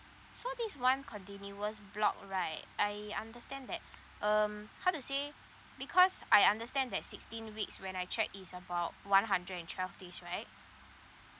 so this one continuous block right I understand that um how to say because I understand that sixteen weeks when I check is about one hundred and twelve days right